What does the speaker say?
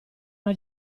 una